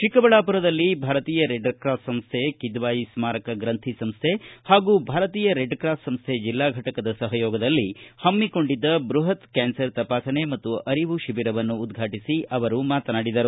ಚಿಕ್ಕಬಳ್ಳಾಪುರದಲ್ಲಿ ಭಾರತೀಯ red cross ಸಂಸ್ಟೆ ಕಿದ್ವಾಯಿ ಸ್ಮಾರಕ ಗ್ರಂಥಿ ಸಂಸ್ಟೆ ಹಾಗೂ ಭಾರತೀಯ ರೆಡ್ ಕ್ರಾಸ್ ಸಂಸ್ಥೆ ಜಿಲ್ಲಾ ಘಟಕದ ಸಹಯೋಗದಲ್ಲಿ ಹಮ್ಮಕೊಂಡಿದ್ದ ಬೃಹತ್ ಕ್ಯಾನ್ಸರ್ ತಪಾಸಣೆ ಮತ್ತು ಅರಿವು ಶಿಬಿರವನ್ನು ಉದ್ಘಾಟಿಸಿ ಮಾತನಾಡಿದರು